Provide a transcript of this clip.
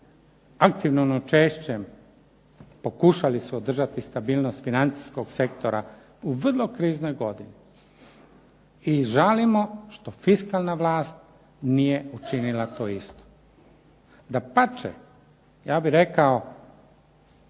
Aktivnim učešćem pokušali su održati stabilnost financijskog sektora u vrlo kriznoj godini i žalimo što fiskalna vlast nije učinila to isto. Dapače, ja bih rekao